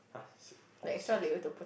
!huh! long socks ah